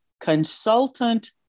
consultant